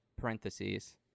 parentheses